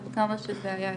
עד כמה שזה היה אפשרי,